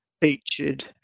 featured